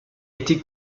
été